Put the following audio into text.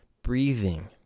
Breathing